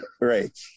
right